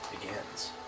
begins